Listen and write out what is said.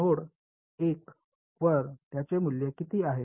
node 1 वर त्याचे मूल्य किती आहे